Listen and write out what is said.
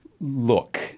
Look